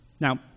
Now